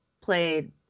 played